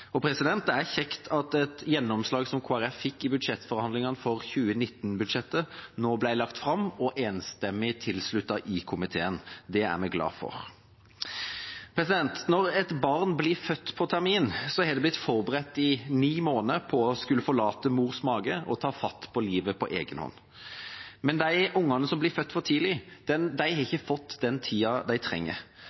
Det er kjekt at et gjennomslag som Kristelig Folkeparti fikk i budsjettforhandlingene for 2019-budsjettet, nå ble lagt fram og fikk enstemmig tilslutning i komiteen. Det er vi glade for. Når et barn blir født til termin, har det blitt forberedt i ni måneder på å skulle forlate mors mage og ta fatt på livet på egen hånd. Men de barna som blir født for tidlig, har ikke fått den tiden de trenger.